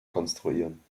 konstruieren